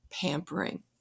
pampering